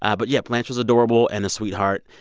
ah but, yeah, blanche was adorable and a sweetheart.